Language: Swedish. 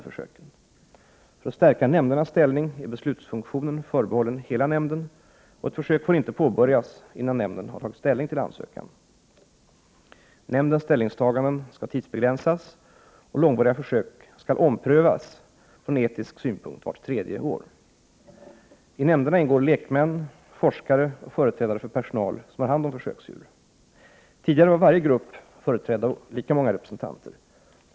För att stärka nämndernas ställning är beslutsfunktionen förbehållen hela nämnden, och ett försök får inte påbörjas innan nämnden tagit ställning till ansökan. Nämndens ställningstaganden skall tidsbegränsas, och långvariga försök skall omprövas från etisk synpunkt vart tredje år. I nämnderna ingår lekmän, forskare och företrädare för personal som har hand om försöksdjur. Tidigare var varje grupp företrädd av lika många representanter.